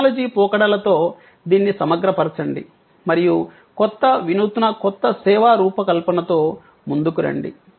technology పోకడలతో దీన్ని సమగ్రపరచండి మరియు కొత్త వినూత్న కొత్త సేవా రూపకల్పనతో ముందుకు రండి